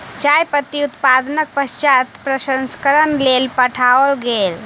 चाय पत्ती उत्पादनक पश्चात प्रसंस्करणक लेल पठाओल गेल